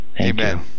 Amen